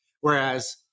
Whereas